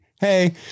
Hey